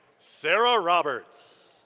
sara roberts.